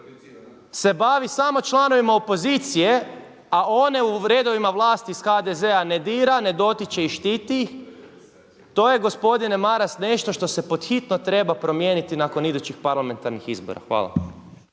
se bavi samo članovima opozicije, a one u redovima vlasti iz HDZ-a ne dira, ne dotiče i štiti ih, to je gospodine Maras nešto što se pod hitno treba promijeniti nakon idućih parlamentarnih izbora. Hvala.